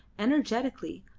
energetically,